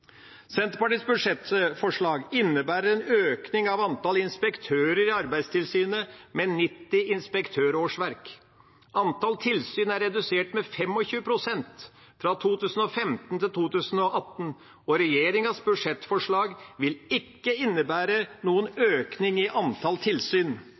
Senterpartiets budsjettforslag innebærer en økning av antall inspektører i Arbeidstilsynet med 90 inspektørårsverk. Antall tilsyn er redusert med 25 pst. fra 2015 til 2018, og regjeringas budsjettforslag vil ikke innebære noen økning i antall tilsyn.